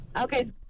okay